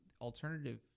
alternative